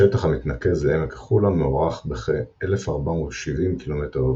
השטח המתנקז לעמק החולה מוערך בכ-1,470 קמ"ר,